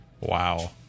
wow